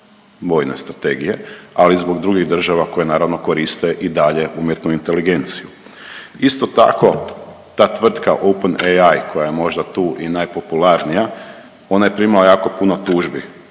vojne strategije, ali i zbog drugih država koje naravno koriste i dalje umjetnu inteligenciju. Isto tako ta tvrtka Open AI koja je možda tu i najpopularnija, ona je primila jako puno tužbi